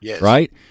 right